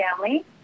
family